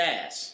ass